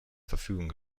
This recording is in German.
verfügung